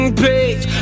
page